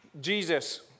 Jesus